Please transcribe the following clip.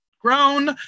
Grown